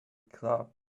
club